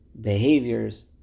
Behaviors